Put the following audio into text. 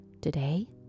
today